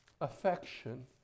affection